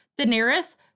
Daenerys